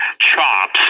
chops